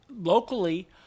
locally